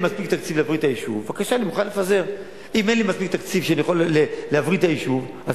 אם אין לי מספיק תקציב להבריא את היישוב,